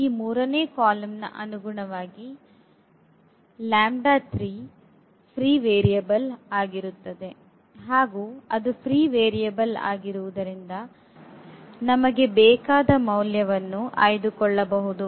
ಈ 3 ನೇ ಕಾಲಮ್ ಅನುಗುಣವಾಗಿ ಫ್ರೀ ವೇರಿಯಬಲ್ ಆಗಿರುತ್ತದೆ ಹಾಗು ಅದು ಫ್ರೀ ವೇರಿಯಬಲ್ ಆಗಿರುವುದರಿಂದ ನಮಗೆ ಬೇಕಾದ ಮೌಲ್ಯವನ್ನು ಆಯ್ಕೆ ಮಾಡಿಕೊಳ್ಳಬಹುದು